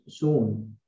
shown